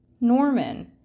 Norman